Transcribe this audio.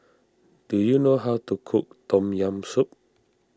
do you know how to cook Tom Yam Soup